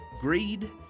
greed